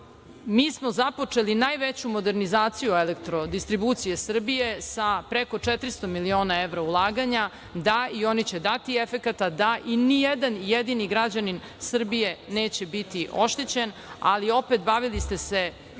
Mi smo započeli najveću modernizaciju „Elektrodistribucije Srbije“, sa preko 400 miliona evra ulaganja. Da, i oni će dati efekata, da, nijedan jedini građanin Srbije neće biti oštećen. Bavili ste se